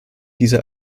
dieser